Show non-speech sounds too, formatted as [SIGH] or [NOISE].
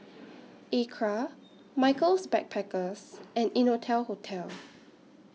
Acra Michaels Backpackers and Innotel Hotel [NOISE]